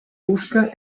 busca